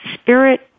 spirit